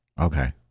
Okay